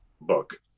book